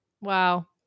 Wow